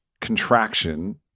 contraction